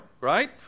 right